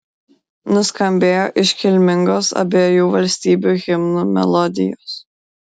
nuskambėjo iškilmingos abiejų valstybių himnų melodijos